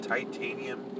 Titanium